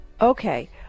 Okay